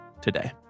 today